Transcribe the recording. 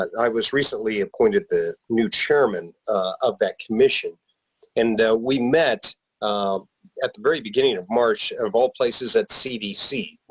i was recently appointed the new chairman of that commission and we met at the very beginning of march, of all places, at cdc.